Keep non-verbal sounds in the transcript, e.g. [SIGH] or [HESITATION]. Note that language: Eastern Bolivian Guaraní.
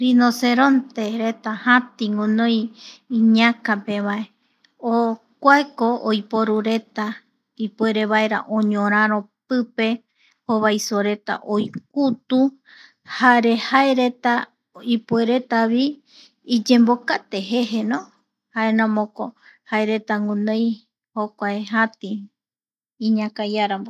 Rinoseronte jatï guinoi iñaka pe vae [HESITATION] kuako oiporureta puerevaera oñoraro pipe jovaisoreta oikutu jare jae reta ipueretavi iyembokate jeje no jaeramoko jaereta guinoi jokuae jatï iñaka iarambo.